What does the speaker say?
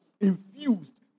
infused